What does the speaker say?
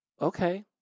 Okay